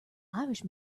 irish